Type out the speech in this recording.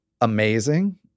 amazing